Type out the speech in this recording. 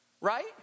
right